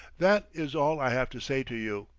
that is all i have to say to you.